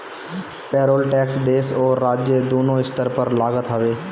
payroll tax देस अउरी राज्य दूनो स्तर पर लागत हवे